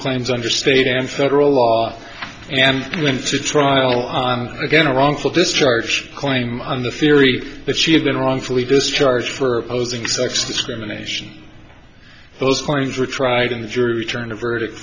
claims under state and federal law and went to trial again wrongful discharge claim on the theory that she had been wrongfully discharged for opposing sex discrimination those fines were tried in the jury returned a verdict